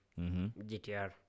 GTR